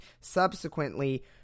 subsequently